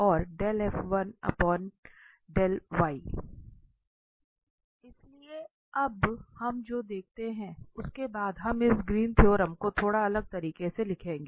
इसलिए अब हम जो देखते हैं उसके बाद हम इस ग्रीन थ्योरम को थोड़ा अलग तरीके से लिखेंगे